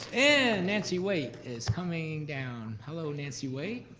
and nancy wait is coming down. hello nancy wait,